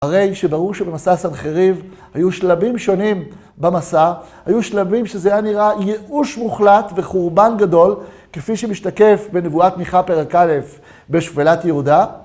הרי שברור שבמסע סנחריב היו שלבים שונים במסע, היו שלבים שזה היה נראה ייאוש מוחלט וחורבן גדול, כפי שמשתקף בנבואת מיכה פרק א' בשפלת יהודה.